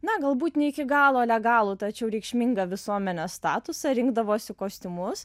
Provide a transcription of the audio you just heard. na galbūt ne iki galo legalų tačiau reikšmingą visuomenės statusą rinkdavosi kostiumus